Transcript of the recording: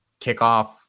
kickoff